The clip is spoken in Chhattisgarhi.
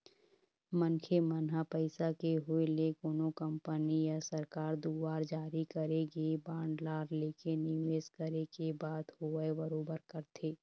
मनखे मन ह पइसा के होय ले कोनो कंपनी या सरकार दुवार जारी करे गे बांड ला लेके निवेस करे के बात होवय बरोबर करथे